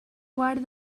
quart